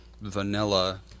Vanilla